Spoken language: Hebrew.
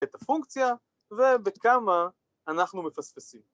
את הפונקציה ובכמה אנחנו מפספסים